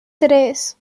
tres